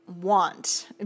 want